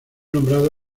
nombrado